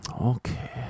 okay